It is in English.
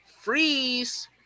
Freeze